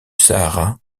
sahara